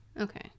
Okay